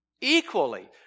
Equally